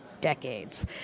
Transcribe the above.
decades